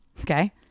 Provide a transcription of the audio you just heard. okay